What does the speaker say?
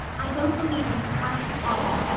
i don't believe in it at all.